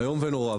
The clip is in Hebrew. איום ונורא.